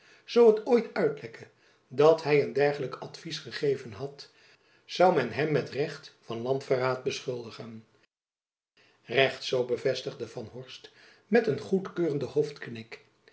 zoo het ooit uitlekte dat hy een dergelijk advys gegeven had zoû men hem met recht van landverraad beschuldigen recht zoo bevestigde van der horst met een goedkeurenden